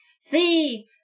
see